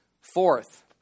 Fourth